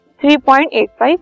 3.85